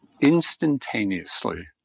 instantaneously